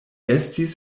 estis